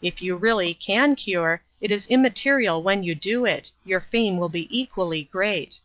if you really can cure, it is immaterial when you do it. your fame will be equally great.